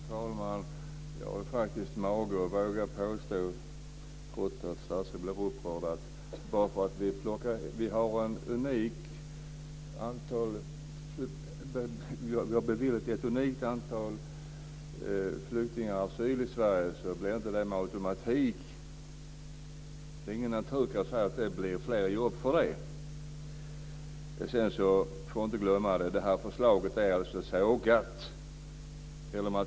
Fru talman! Jag har faktiskt mage att våga påstå, trots att statsrådet blir upprörd, att bara för att vi har beviljat ett unikt antal flyktingar asyl i Sverige, blir det inte med automatik fler jobb. Vi får inte glömma att förslaget har sågats.